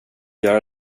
göra